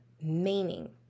Meaning